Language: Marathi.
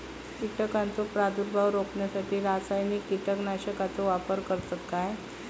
कीटकांचो प्रादुर्भाव रोखण्यासाठी रासायनिक कीटकनाशकाचो वापर करतत काय?